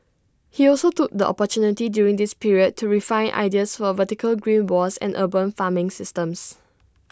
he also took the opportunity during this period to refine ideas for vertical green walls and urban farming systems